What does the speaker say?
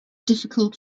difficult